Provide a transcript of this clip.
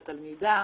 לתלמידה,